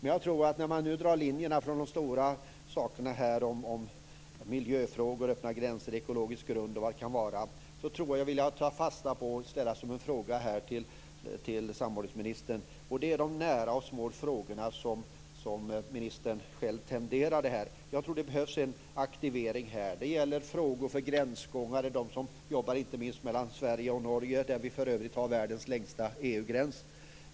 När man nu drar linjerna från de stora frågorna - miljöfrågor, öppna gränser, ekologisk grund och vad det kan vara - vill jag ta fasta på det och ställa en fråga till samordningsministern. Det gäller de nära och små frågorna som ministern själv nämnde. Jag tror att det behövs en aktivering här. Det gäller t.ex. gränsgångare, dvs. de som jobbar och bor i olika länder. Det gäller inte minst mellan Sverige och Norge, där vi för övrigt har världens längsta EU-gräns.